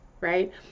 right